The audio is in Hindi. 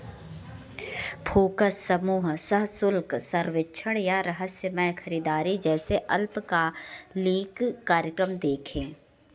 फोकस समूह सःशुल्क सर्वेक्षण या रहस्यमय खरीदारी जैसे अल्पका लिक कार्यक्रम देखें